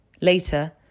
Later